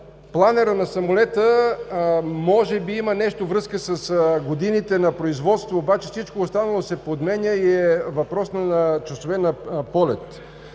планерът на самолета може би има нещо връзка с годините на производство, обаче всичко останало се подменя и е въпрос на часове на полет.